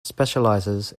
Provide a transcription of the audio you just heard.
specializes